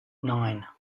nine